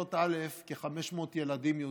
בכיתות א' כ-500 ילדים יהודים,